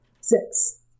Six